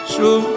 True